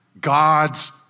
God's